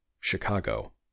Chicago